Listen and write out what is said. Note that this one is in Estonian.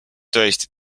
tõesti